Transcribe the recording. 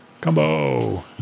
Combo